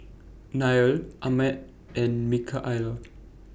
Nelia Ahmed and Micaela